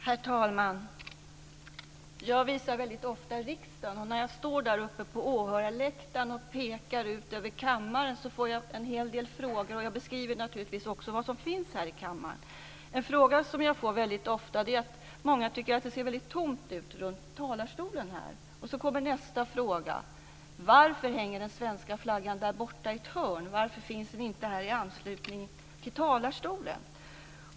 Herr talman! Jag visar ofta riksdagen, och när jag står där uppe på åhörarläktaren och pekar ut över kammaren får jag en hel del frågor. Jag beskriver naturligtvis också vad som finns här i kammaren. En fråga som jag får väldigt ofta är varför det ser så tomt ut runt talarstolen. Då kommer nästa fråga: Varför hänger den svenska flaggan där borta i ett hörn? Varför finns den inte i anslutning till talarstolen?